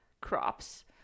crops